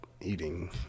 eating